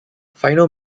final